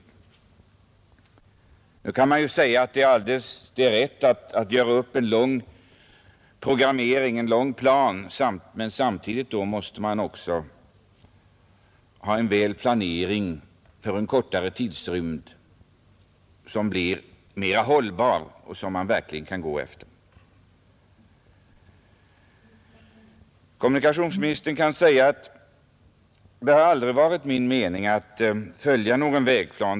Visst kan man säga att det är alldeles rätt att göra upp en långsiktig plan, men samtidigt måste man då ha en planering för en kortare tidrymd, som blir mera hållbar och som man verkligen kan gå efter. Kommunikationsministern kan invända: Det har aldrig varit meningen att följa någon vägplan.